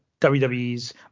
WWE's